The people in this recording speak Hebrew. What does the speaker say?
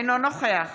אינו נוכח